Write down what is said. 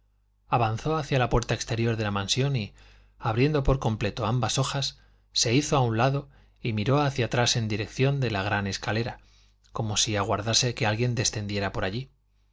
avanzó hacia la puerta exterior de la mansión y abriendo por completo ambas hojas se hizo a un lado y miró hacia atrás en dirección de la gran escalera como si aguardase que alguien descendiera por allí